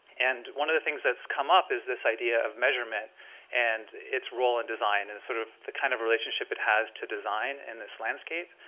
and one of the things that's come up is this idea of measurement and its role in design, and sort of the kind of relationship it has to design in this landscape,